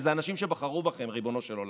ואלה אנשים שבחרו בכם, ריבונו של עולם.